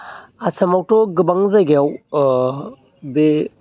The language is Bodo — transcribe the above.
आसामावथ' गोबां जायगायाव ओ बे